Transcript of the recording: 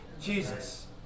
Jesus